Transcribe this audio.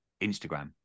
instagram